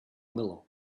miller